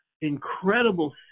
incredible